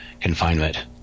confinement